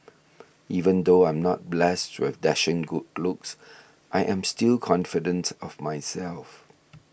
even though I'm not blessed with dashing good looks I am still confident of myself